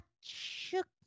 shook